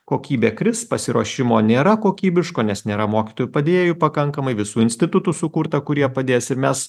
kokybė kris pasiruošimo nėra kokybiško nes nėra mokytojų padėjėjų pakankamai visų institutų sukurta kurie padės ir mes